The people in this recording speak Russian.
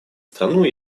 страну